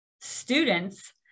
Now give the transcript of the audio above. students